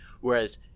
Whereas